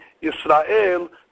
Israel